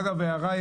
הערה.